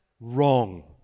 wrong